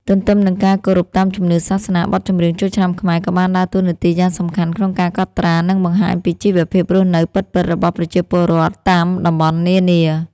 ទន្ទឹមនឹងការគោរពតាមជំនឿសាសនា បទចម្រៀងចូលឆ្នាំខ្មែរក៏បានដើរតួនាទីយ៉ាងសំខាន់ក្នុងការកត់ត្រា និងបង្ហាញពីជីវភាពរស់នៅពិតៗរបស់ប្រជាពលរដ្ឋតាមតំបន់នានា។